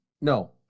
No